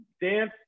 dance